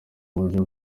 uburyo